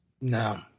No